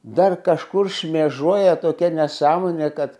dar kažkur šmėžuoja tokia nesąmonė kad